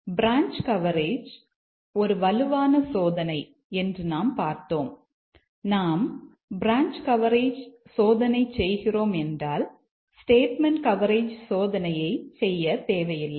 branch coverage ஒரு வலுவான சோதனை என்று நாம் பார்த்தோம் நாம் பிரான்ச் கவரேஜ் சோதனை செய்கிறோம் என்றால் ஸ்டேட்மெண்ட் கவரேஜ் சோதனையை செய்ய தேவையில்லை